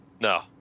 No